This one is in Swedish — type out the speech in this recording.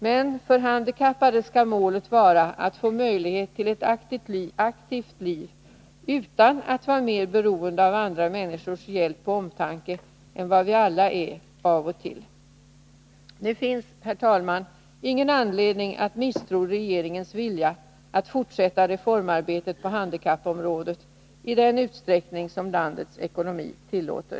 Men för handikappade skall målet vara att få möjlighet till ett aktivt liv, utan att de skall vara mer beroende av andra människors hjälp och omtanke än vad vi alla är av och till. Det finns, herr talman, ingen anledning att misstro regeringens vilja att fortsätta reformarbetet på handikappområdet i den utsträckning som landets ekonomi tillåter.